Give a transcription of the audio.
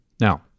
Now